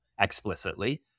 explicitly